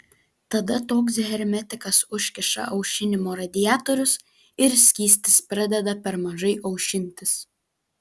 tada toks hermetikas užkiša aušinimo radiatorius ir skystis pradeda per mažai aušintis